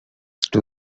too